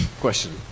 question